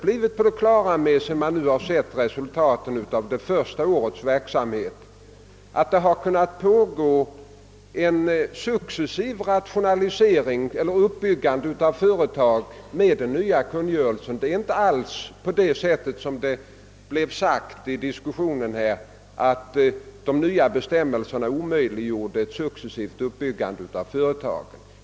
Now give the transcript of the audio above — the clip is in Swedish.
Sedan man nu sett resultatet av det första årets verksamhet har man väl — det tror jag att jag vågar säga — allmänt blivit på det klara med att även den nya kungörelsen medgivit en successiv rationalisering. Det förhåller sig inte alls så, att de nya bestämmelserna omöjliggjort ett successivt uppbyggande av företagen.